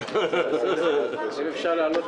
אין נמנעים,